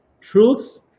truths